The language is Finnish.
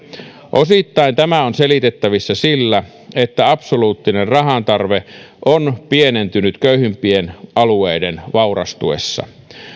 osittain tämä on selitettävissä sillä että absoluuttinen rahantarve on pienentynyt köyhimpien alueiden vaurastuessa